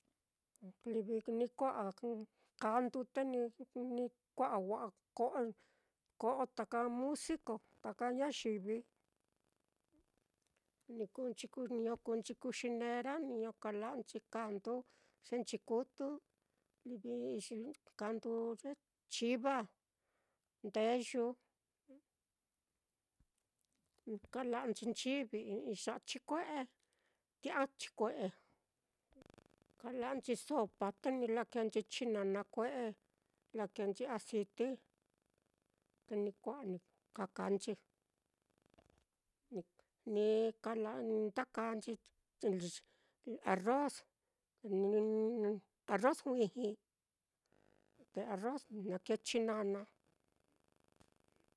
Livi ni kua'a ka-kandu te ni-ni kua'a wa'a ko-ko'o taka musico, taka ñayivi, ni kuu nchi ku niño kuu nchi kuxinera, niño kala'anchi kandu ye nchikutu, livixi kandu ye chiva, ndeyu, kala'anchi nchivi i'i ya'a chikue'e, tia'a chikue'e, kala'anchi sopa te ni lakēēnchi chinana kue'e, lakēēnchi aciti, te ni kua'a ni ka kaanchi, ni-ni kala' nda kanchi arroz arroz juiji, te a-arroz naá kēē chinana.